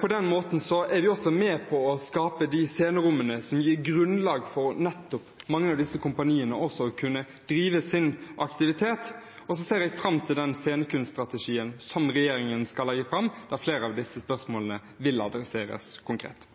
På den måten er vi også med på å skape de scenerommene som gir grunnlag for nettopp mange av disse kompaniene til også å kunne drive sin aktivitet. Og så ser jeg fram til den scenekunststrategien som regjeringen skal legge fram, der flere av disse spørsmålene vil adresseres konkret.